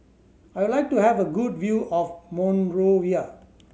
I would like to have a good view of Monrovia